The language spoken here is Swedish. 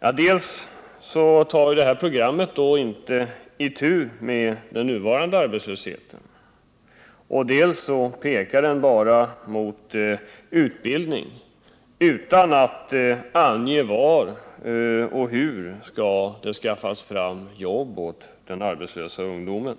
I programmet tar man inte itu med den nuvarande arbetslösheten och vidare pekar man bara på behovet av utbildning utan att ange var och hur det skall kunna skaffas arbete åt den arbetslösa ungdomen.